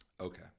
Okay